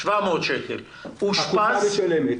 הקופה משלמת